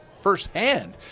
firsthand